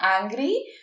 angry